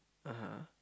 (uh huh)